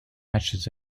matchs